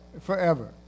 Forever